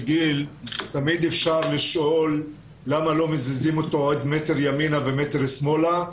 תמיד אפשר לשאול למה לא מזיזים אותו עוד מטר ימינה ומטר שמאלה.